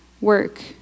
Work